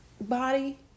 body